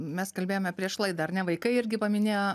mes kalbėjome prieš laidą ar ne vaikai irgi paminėjo